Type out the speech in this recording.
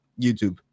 youtube